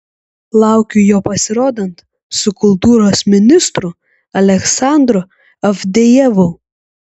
laukiu jo pasirodant su kultūros ministru aleksandru avdejevu